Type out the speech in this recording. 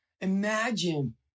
Imagine